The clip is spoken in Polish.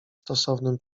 stosownym